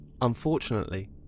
Unfortunately